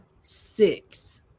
six